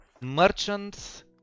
merchants